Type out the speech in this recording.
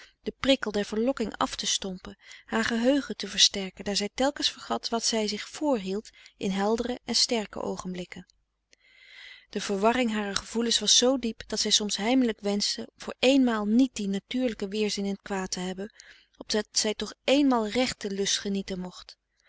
den prikkel der verlokking af te stompen haar geheugen te versterken daar zij telkens vergat wat zij zich vrhield in heldere en sterke oogenblikken de verwarring harer gevoelens was zoo diep dat zij soms heimelijk wenschte voor éénmaal niet dien natuurlijken weerzin in t kwaad te hebben opdat zij toch éénmaal recht den lust genieten mocht